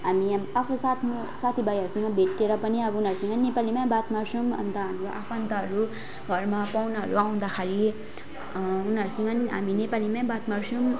हामी यहाँ आफ्नो साथ्नु साथीभाइहरूसँग भेटेर पनि अब उनीहरूसँग पनि नेपालीमै बात मार्छौँ अन्त हाम्रो आफन्तहरू घरमा पाहुनाहरू आउँदाखेरि उनीहरूसँग पनि हामी नेपालीमै बात मार्छौँ